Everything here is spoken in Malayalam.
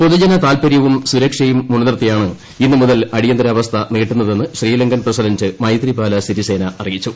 പൊതുജനതാല്പര്യവും സുരക്ഷയും മുൻനിർത്തിയാണ് ഇന്നു മുതൽ അടിയന്തരാവസ്ഥ നീട്ടുതെന്ന് ശ്രീലങ്കൻ പ്രസിഡന്റ് മൈത്രിപാല സിരിസേന അറിയിച്ചു